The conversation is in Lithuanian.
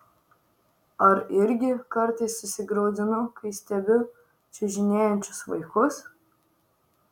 ar irgi kartais susigraudinu kai stebiu čiužinėjančius vaikus